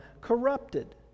corrupted